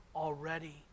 already